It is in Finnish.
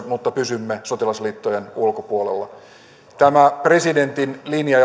mutta pysymme sotilasliittojen ulkopuolella tämä presidentin linja